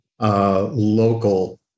local